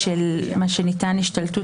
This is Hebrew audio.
בבחירות.